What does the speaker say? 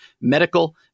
medical